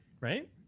right